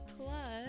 plus